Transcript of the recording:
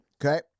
Okay